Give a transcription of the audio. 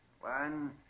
one